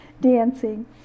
dancing